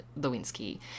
Lewinsky